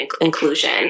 inclusion